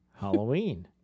Halloween